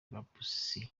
gapusi